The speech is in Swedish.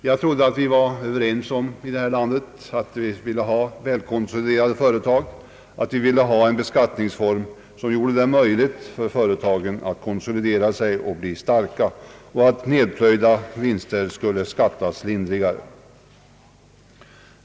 Jag trodde att vi var överens om att vi ville ha välkonsoliderade företag, att vi ville ha en beskattningsform som gjorde det möjligt för företag att konsolidera sig och bli starka och att nedplöjda vinster skulle beskattas lindrigare.